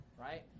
right